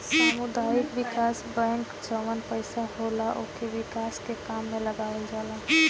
सामुदायिक विकास बैंक जवन पईसा होला उके विकास के काम में लगावल जाला